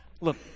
look